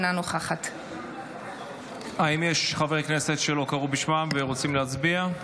אינה נוכחת האם יש חברי כנסת שלא קראו בשמם והם רוצים להצביע?